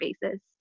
basis